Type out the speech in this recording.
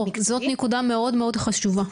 זאת נקודה מאוד מאוד חשובה,